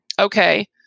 okay